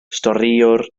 storïwr